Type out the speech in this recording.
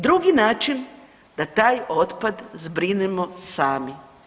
Drugi način da taj otpad zbrinemo sami.